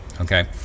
Okay